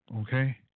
okay